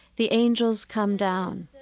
the angels come down,